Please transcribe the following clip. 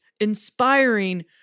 inspiring